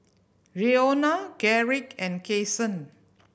Roena Garrick and Kasen